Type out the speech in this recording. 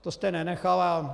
To jste nenechal.